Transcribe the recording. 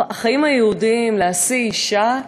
החיים היהודיים, "להשיאו אישה"